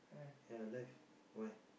ya alive why